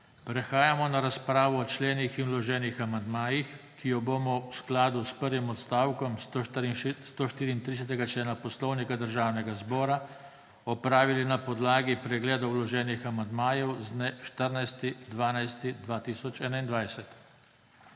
Prehajamo na razpravo o členih in vloženih amandmajih, ki jo bomo v skladu s prvim odstavkom 134. člena Poslovnika Državnega zbora opravili na podlagi pregledov vloženih amandmajev z dne 14. 12. 2021.